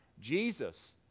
Jesus